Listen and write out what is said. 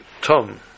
tom